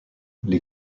les